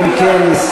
אם כן,